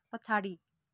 पछाडि